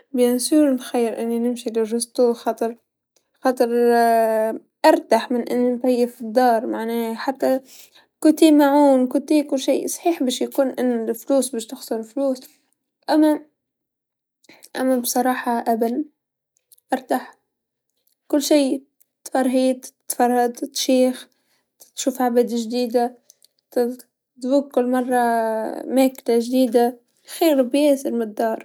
أعتقد أفضل شي إنه -إنه الإنسان يطبخ بيده وياكل من الاكل اللي بيساويه اكل صحي ونضيف وهكذا، عكس المطاعم والخروج والفلة، فختار إني أتناوله أكل بالبيت مع مع رفقة زوجي واولادي والناس تحبهم وهكذا.